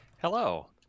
Hello